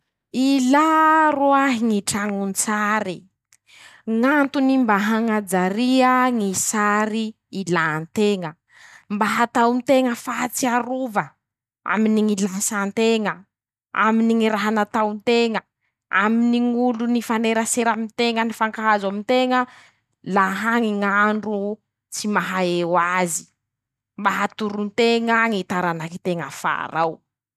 Ilà roahy ñy trañon-tsary, ñ'antony: -Mba hañajaria ñy sary ilànteña mba hatao nteña fahatsiarova aminy ñy lasanteña, aminy ñy raha natao nteña, aminy ñ'olo nifanerasera aminteña nifankahazo aminteña laha añy ñ'androo tsy maha eo azy, mba hatoro nteña ñy taranaky nteña afar'ao.